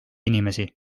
inimesi